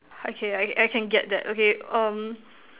okay I I can get that okay um